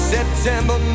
September